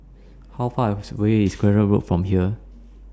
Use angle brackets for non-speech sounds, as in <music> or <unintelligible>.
How Far <unintelligible> away IS Akyab Road from here